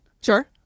Sure